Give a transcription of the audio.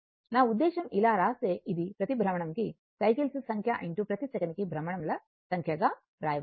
నా ఉద్దేశ్యం ఇలా వ్రాస్తే అది ప్రతి భ్రమణం కి సైకిల్స్ సంఖ్య ప్రతి సెకనుకు భ్రమణం ల సంఖ్యగా వ్రాయవచ్చు